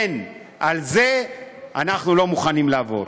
אין, על זה אנחנו לא מוכנים לעבור.